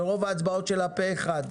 ורוב ההצבעות שלה מתקבלות פה אחד,